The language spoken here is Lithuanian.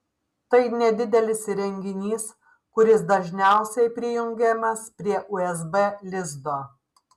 tai nedidelis įrenginys kuris dažniausiai prijungiamas prie usb lizdo